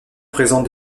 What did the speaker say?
présente